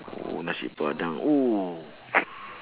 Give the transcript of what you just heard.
nasi padang !woo!